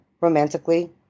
romantically